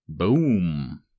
Boom